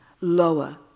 lower